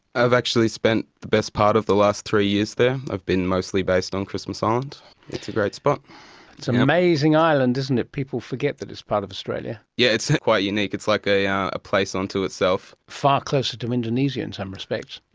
i've actually spent the best part of the last three years there. i've been mostly based on christmas ah island. it's a great spot. it's an um amazing island, isn't it, people forget that it's part of australia. yes, yeah it's quite unique, it's like a yeah a place unto itself. far closer to indonesia in some respects.